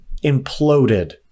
imploded